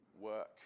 work